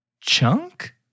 Chunk